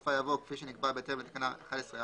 בסופה יבוא "כפי שנקבע בהתאם לתקנה 11א,